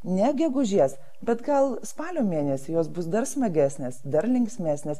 ne gegužės bet gal spalio mėnesį jos bus dar smagesnės dar linksmesnės